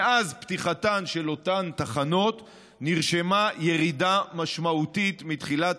מאז פתיחתן של אותן תחנות נרשמה ירידה משמעותית מתחילת